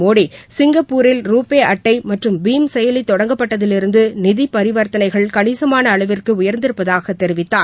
மோடி சிங்கப்பூரில் ரூபே அட்டை மற்றும் பீம் செயலி தொடங்கப்பட்டதிலிருந்து நிதி பரிவர்த்தனைகள் கணிசமான அளவிற்கு உயர்ந்திருப்பதாக தெரிவித்தார்